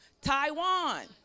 Taiwan